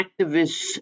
activists